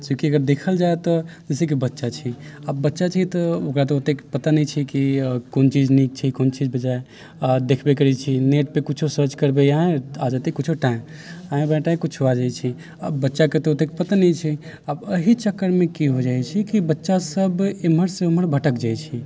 चूँकि अगर देखल जाइ तऽ जइसे कि बच्चा छै आब बच्चा छै तऽ ओकरा तऽ ओतेक पता नहि छै कि कोन चीज नीक छै कोन चीज बेजाइ आ देखबै करै छी नेट पर कुछौ सर्च करबै अहाँ आ जेतै कुछौ टाँय आँय बाँय टाँय कुछौ आ जाइ छै आब बच्चाके तऽ ओतेक पता नहि छै आब एहि चक्करमे कि हो जाइ छै कि बच्चा सभ एम्हरसँ ओम्हर भटक जाइ छै